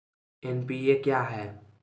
NPA क्या हैं?